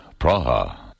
Praha